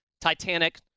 Titanic